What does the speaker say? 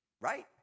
Right